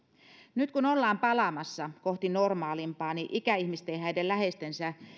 nyt kun ollaan palaamassa kohti normaalimpaa niin ikäihmisten ja heidän läheistensä